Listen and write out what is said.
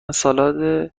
سالاد